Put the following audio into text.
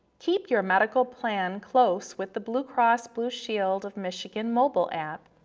keep your medical plan close with the blue cross blue shield of michigan mobile app.